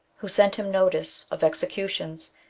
who sent him notice of executions,